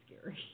scary